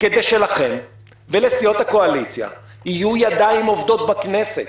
כדי שלכם ולסיעות הקואליציה יהיו ידיים עובדות בכנסת,